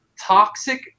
toxic